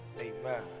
Amen